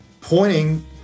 pointing